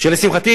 שלשמחתי